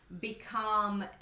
become